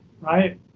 right